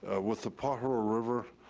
ah with the pajaro river,